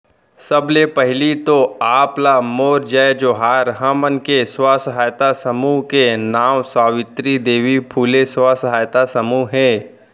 सबले पहिली तो आप ला मोर जय जोहार, हमन के स्व सहायता समूह के नांव सावित्री देवी फूले स्व सहायता समूह हे